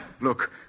Look